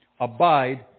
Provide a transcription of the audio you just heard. Abide